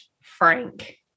Frank